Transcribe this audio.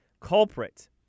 culprit